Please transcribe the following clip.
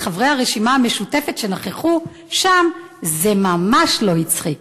את חברי הרשימה המשותפת שנכחו שם זה ממש לא הצחיק.